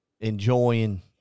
enjoying